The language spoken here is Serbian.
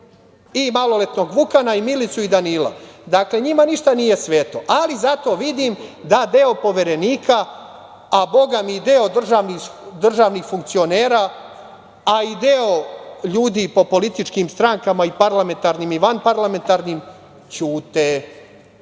i maloletnog Vukana i Milicu i Danila, dakle njima ništa nije sveto, ali zato vidim da deo poverenika, a boga mi i deo državnih funkcionera, a i deo ljudi po političkim strankama i parlamentarnim i van parlamentarnim strankama,